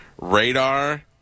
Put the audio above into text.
Radar